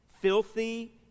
filthy